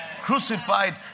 crucified